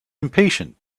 impatient